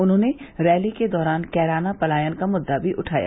उन्होंने रैली के दौरान कैराना पलायन का मुद्दा भी उठाया